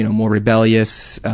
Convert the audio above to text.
you know more rebellious,